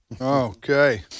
Okay